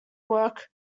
work